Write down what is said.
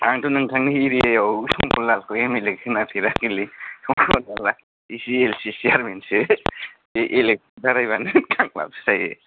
आंथ' नोंथानि एरियायाव शंकरलालखौ एम एल ए खोनाफेराखैलै शंकरलालआ T C L L C शेयारमेनसो बे एलेकसन दारायबानो गांलाबसो जायो